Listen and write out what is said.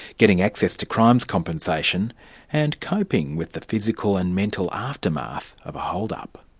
getting access to crimes compensation and coping with the physical and mental aftermath of a hold-up.